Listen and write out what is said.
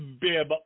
bib